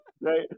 Right